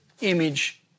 image